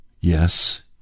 Yes